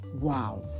wow